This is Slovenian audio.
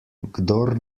kdor